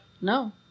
No